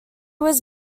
was